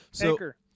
anchor